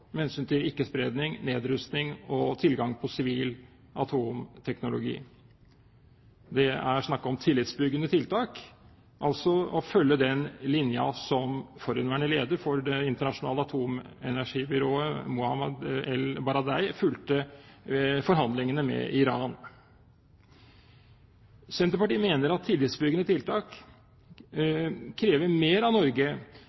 hensyn til ikke-spredning, nedrustning og tilgang på sivil atomteknologi. Det er snakk om tillitsbyggende tiltak, altså å følge den linjen som forhenværende leder for Det internasjonale atomenergibyrå Mohamed ElBaradei fulgte i i forhandlingene med Iran. Senterpartiet mener at tillitsbyggende tiltak